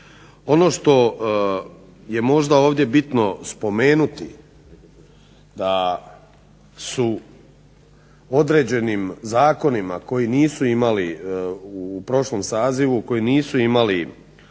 Ono što je možda bitno ovdje spomenuti da su određenim zakonima koji nisu imali u prošlom sazivu, koji nisu imali